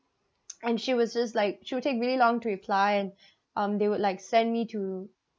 and she was just like she would take really long to reply um they would like send me to